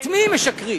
את מי הם משקרים?